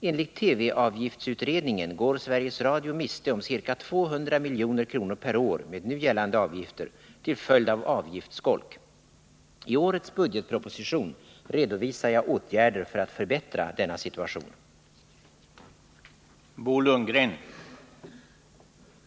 Enligt TV-avgiftsutredningen går Sveriges Radio miste om ca 200 milj.kr. per år, med nu gällande avgifter, till följd av avgiftsskolk. I årets budggetproposition redovisar jag åtgärder för att förbättra denna situation. att undvika höjda licenser för radio och TV